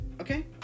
Okay